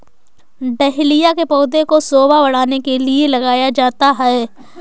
dahlia के पौधे को शोभा बढ़ाने के लिए लगाया जाता है